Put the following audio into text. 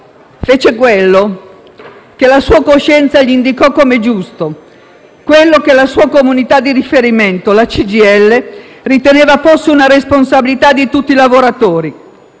Fece ciò che la sua coscienza gli indicò come giusto, quello che la sua comunità di riferimento, la CGIL, riteneva fosse una responsabilità di tutti i lavoratori